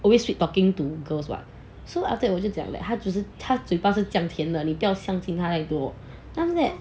always sweet talking to girls what so after that 我就讲 leh 他就是他嘴巴是这样甜的你不要相信太多 then after that